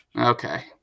Okay